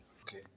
Okay